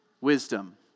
Wisdom